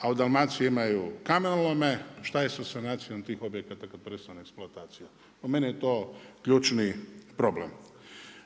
a u Dalmaciji imaju kamenolome. Šta je sa sanacijom tih objekata kad prestane eksploatacija? Po meni je to ključni problem.